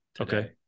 Okay